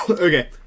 okay